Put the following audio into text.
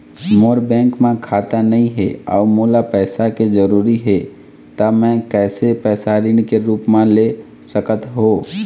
मोर bank म खाता नई हे अउ मोला पैसा के जरूरी हे त मे कैसे पैसा ऋण के रूप म ले सकत हो?